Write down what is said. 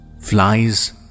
flies